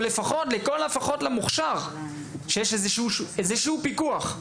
או לכל הפחות למוכשר שמאפשר לנו עדיין סוג מסוים של פיקוח?